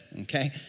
okay